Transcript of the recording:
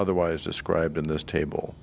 otherwise described in this table